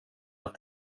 att